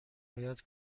باید